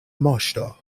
moŝto